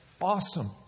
Awesome